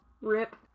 Rip